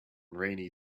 rainy